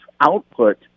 output